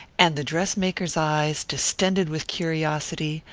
and the dress-maker's eyes, distended with curiosity,